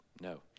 No